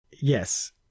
yes